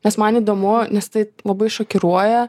nes man įdomu nes tai labai šokiruoja